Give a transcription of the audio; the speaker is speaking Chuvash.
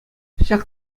ҫак